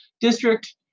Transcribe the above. district